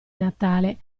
natale